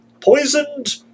Poisoned